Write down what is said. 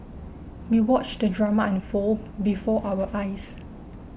we watched the drama unfold before our eyes